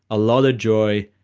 a lot of joy,